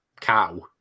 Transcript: cow